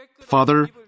Father